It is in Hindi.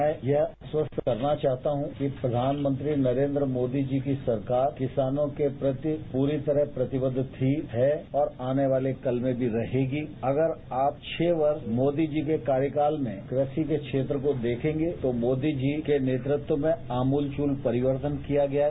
मैं यह आश्वस्त करना चाहता हूं कि प्रधानमंत्री नरेन्द्र मोदी जी की सरकार किसानों के प्रति पूरी तरह प्रतिबद्ध थी है और आने वाले कल में भी रहेगी अगर आप छह वर्ष मोदी जी के कार्यकाल में कृषि के क्षेत्र को देखेंगे तो मोदी जी के नेतृत्व में आमूलचूल परिवर्तन किया गया है